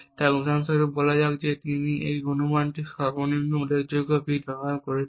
তাই উদাহরণ স্বরূপ বলা যাক যে তিনি এই অনুমানটির সর্বনিম্ন উল্লেখযোগ্য বিট বিবেচনা করছেন